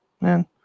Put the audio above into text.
Man